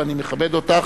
ואני מכבד אותך,